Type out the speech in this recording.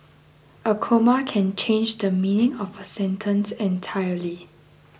a comma can change the meaning of a sentence entirely